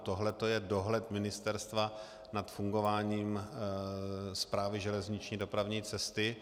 Tohleto je dohled ministerstva nad fungováním Správy železniční dopravní cesty.